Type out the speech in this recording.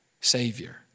savior